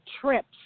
trips